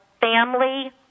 family